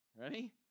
Ready